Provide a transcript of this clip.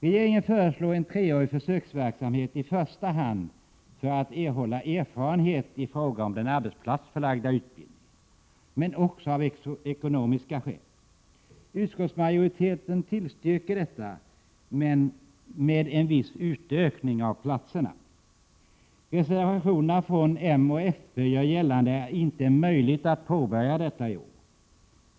Regeringen föreslår en treårig försöksverksamhet, i första hand för att erhålla erfarenhet i fråga om den arbetsplatsförlagda utbildningen, men också av ekonomiska skäl. Utskottsmajoriteten tillstyrker detta, men med en viss utökning av platserna. I reservationerna från moderaterna och folkpartiet görs gällande att det inte är möjligt att påbörja detta i år.